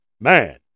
man